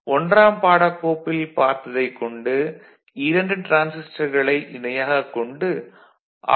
ஒன்றாம் பாடக் கோப்பில் பார்த்ததைத் கொண்டு இரண்டு டிரான்சிஸ்டர்களை இணையாகக் கொண்டு ஆர்